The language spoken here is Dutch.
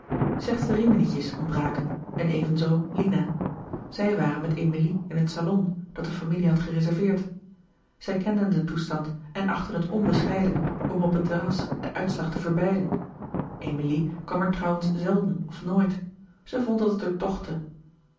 slechts de riminietjes ontbraken en evenzoo lina zij waren met emilie in het salon dat de familie had gereserveerd zij kenden den toestand en achtten het onbescheiden om op het terras den uitslag te verbeiden emilie kwam er trouwens zelden of nooit zij vond dat het er tochtte